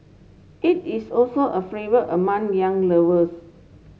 it is also a among young lovers